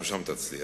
גם שם תצליח.